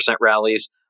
rallies